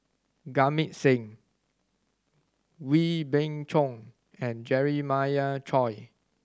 Jamit Singh Wee Beng Chong and Jeremiah Choy